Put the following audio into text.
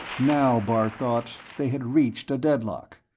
now, bart thought, they had reached a deadlock.